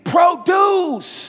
Produce